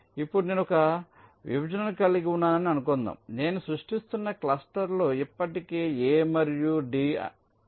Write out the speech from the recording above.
ఇప్పుడు నేను ఒక విభజనను కలిగి ఉన్నానని అనుకుందాం నేను సృష్టిస్తున్న క్లస్టర్ లో ఇప్పటికే A మరియు D ని ఉంచాను